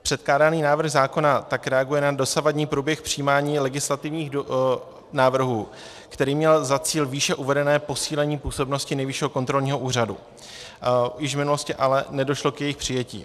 Předkládaný návrh zákona tak reaguje na dosavadní průběh přijímání legislativních návrhů, který měl za cíl výše uvedené posílení působnosti Nejvyššího kontrolního úřadu již v minulosti, ale nedošlo k jejich přijetí.